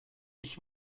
ich